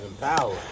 power